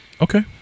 Okay